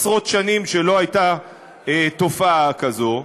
עשרות שנים שלא הייתה תופעה כזו.